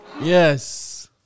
Yes